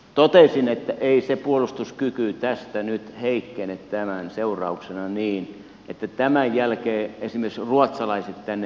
totesin että ei se puolustuskyky tästä nyt heikkene tämän seurauksena niin että tämän jälkeen esimerkiksi ruotsalaiset tänne hyökkäisivät